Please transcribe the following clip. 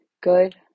Good